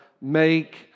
Make